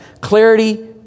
clarity